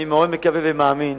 אני מאוד מקווה ומאמין